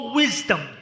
wisdom